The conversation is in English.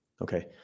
Okay